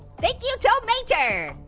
thank you tow meter.